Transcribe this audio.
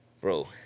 Bro